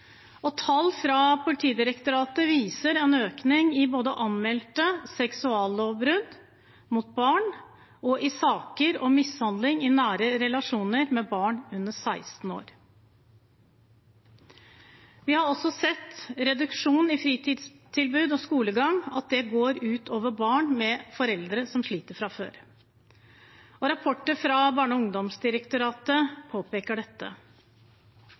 Tall fra Politidirektoratet viser en økning både i anmeldte seksuallovbrudd mot barn og i saker om mishandling i nære relasjoner med barn under 16 år. Vi har også sett at reduksjonen i fritidstilbud og skolegang går særlig ut over barn med foreldre som sliter fra før. Rapporter fra Barne-, ungdoms- og familiedirektoratet påpeker dette.